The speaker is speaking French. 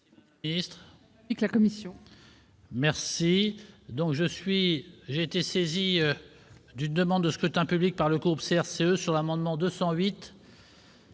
Merci